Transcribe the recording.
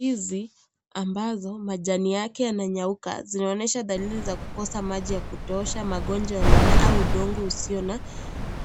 Ndizi ambazo majani yake yananyauka zinaonyesha dalili za kukosa maji ya kutosha , magonjwa ya mimea au udongo usio na